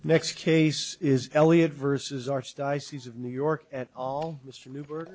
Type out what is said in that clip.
next case is elliot versus archdiocese of new york at all mr newburg